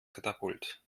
katapult